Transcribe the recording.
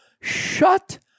shut